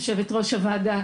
יושב ראש הוועדה,